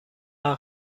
آهن